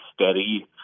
steady